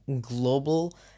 global